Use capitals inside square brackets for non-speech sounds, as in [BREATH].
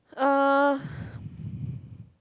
uh [BREATH]